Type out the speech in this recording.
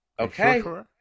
Okay